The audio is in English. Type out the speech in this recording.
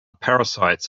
parasites